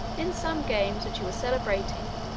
in some games which he was celebrating,